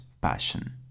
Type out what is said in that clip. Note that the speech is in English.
passion